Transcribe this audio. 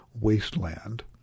wasteland